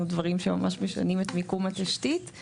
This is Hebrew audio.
או דברים שממש משנים את מיקום התשתית.